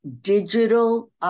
digital